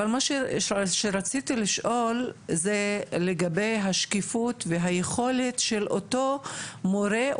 אבל מה שרציתי לשאול זה לגבי השקיפות והיכולת של אותו מורה,